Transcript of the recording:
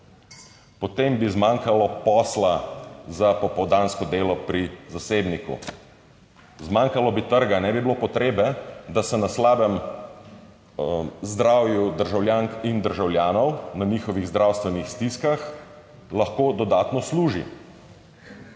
potem bi zmanjkalo posla za popoldansko delo pri zasebniku. Zmanjkalo bi trga. Ne bi bilo potrebe, da se na slabem zdravju državljank in državljanov, na njihovih zdravstvenih stiskah lahko dodatno služi.